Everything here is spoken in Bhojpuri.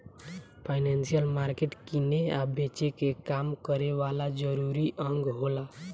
फाइनेंसियल मार्केट किने आ बेचे के काम करे वाला जरूरी अंग होला